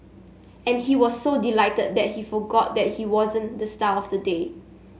and he was so delighted that he forgot that he wasn't the star of the day